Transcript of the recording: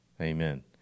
Amen